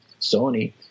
Sony